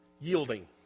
yielding